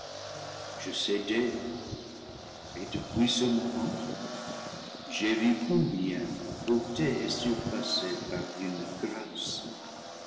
je cédai et de puis ce moment j'ai vu combien la beauté est surpassée par une grâce